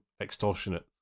extortionate